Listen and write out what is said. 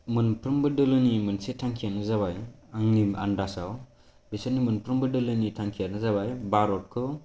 मोनफ्रोमबो दोलोनि मोनसे थांखियानो जाबाय आंनि आन्दाजाव बेसोरनि मोनफ्रोमबो दोलोनि थांखियानो जाबाय भारतखौ